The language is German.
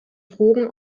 drogen